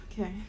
okay